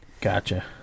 Gotcha